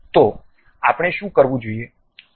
તો આપણે શું કરવું જોઈએ